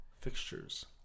fixtures